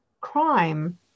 crime